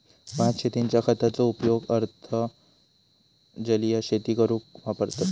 भात शेतींच्या खताचो उपयोग अर्ध जलीय शेती करूक वापरतत